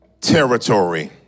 territory